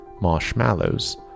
marshmallows